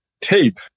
tape